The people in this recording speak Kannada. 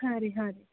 ಹಾಂ ರೀ ಹಾಂ ರೀ